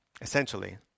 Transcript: essentially